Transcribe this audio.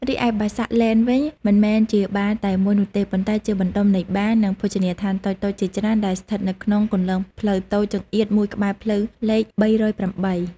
រីឯ បាសាក់ ឡេន វិញ មិនមែនជាបារតែមួយនោះទេ ប៉ុន្តែជាបណ្ដុំនៃបារ និងភោជនីយដ្ឋានតូចៗជាច្រើនដែលស្ថិតនៅក្នុងគន្លងផ្លូវតូចចង្អៀតមួយក្បែរផ្លូវលេខ ៣០៨។